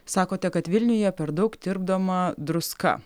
sakote kad vilniuje per daug tirpdoma druska